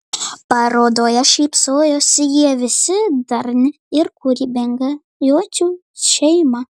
parodoje šypsojosi jie visi darni ir kūrybinga jocių šeima